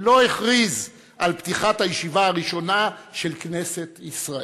לא הכריז על פתיחת הישיבה הראשונה של כנסת ישראל,